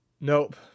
Nope